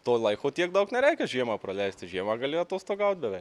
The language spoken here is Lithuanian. to laiko tiek daug nereikia žiemą praleisti žiemą gali atostogaut beveik